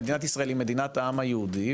מדינת ישראל היא מדינת העם היהודי,